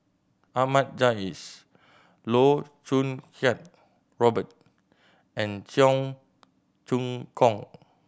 Ahmad Jais Loh Choo Kiat Robert and Cheong Choong Kong